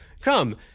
Come